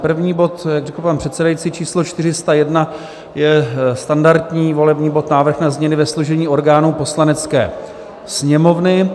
První bod, jak řekl pan předsedající, číslo 401, je standardní volební bod, návrh na změny ve složení orgánů Poslanecké sněmovny.